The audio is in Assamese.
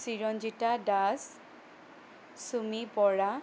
চিৰঞ্জিতা দাস চুমি বৰা